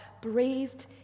breathed